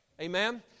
Amen